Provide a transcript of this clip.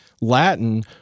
Latin